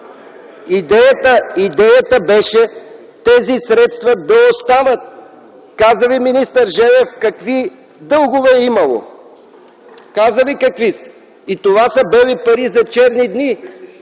Идеята беше тези средства да остават. Каза ви министър Желев какви дългове е имало. Каза ви какви, и това са бели пари за черни дни.